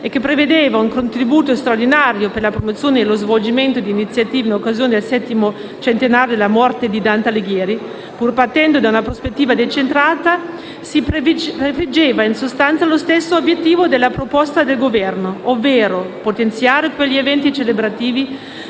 e che prevedeva un contributo straordinario per la promozione e lo svolgimento di iniziative in occasione del settimo centenario dalla morte di Dante Alighieri, pur partendo da una prospettiva decentrata, si prefiggeva in sostanza lo stesso obiettivo della proposta del Governo, ovvero potenziare quegli eventi celebrativi